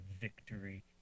victory